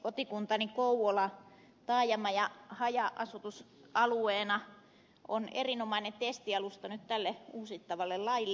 kotikuntani kouvola taajama ja haja asutusalueena on erinomainen testialusta nyt tälle uusittavalle laille